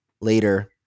later